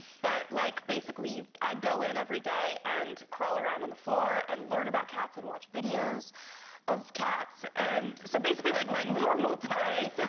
but like basically you i'd go in every day and crawl around on the floor and learn about cats and watch videos of cats and so basically like my normal tay